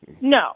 No